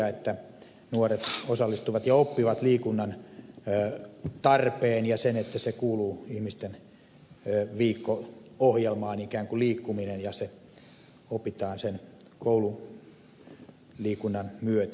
on tärkeää että nuoret osallistuvat ja oppivat liikunnan tarpeen ja sen että ihmisten viikko ohjelmaan ikään kuin kuuluu liikkuminen ja tämä opitaan koululiikunnan myötä